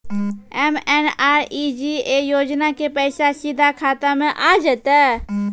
MNREGA योजना के पैसा सीधा खाता मे आ जाते?